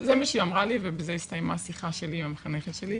זה מה שהיא אמרה לי ובזה הסתיימה השיחה שלי עם המחנכת שלי.